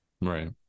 Right